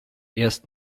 erst